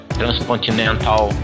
transcontinental